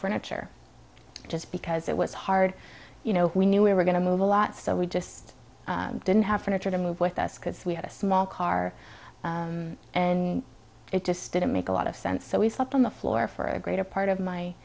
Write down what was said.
furniture just because it was hard you know we knew we were going to move a lot so we just didn't have furniture to move with us because we had a small car and it just didn't make a lot of sense so we slept on the floor for a greater part of my